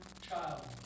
child